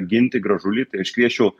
ginti gražulį tai aš kviesčiau